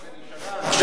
אבל זה, עכשיו,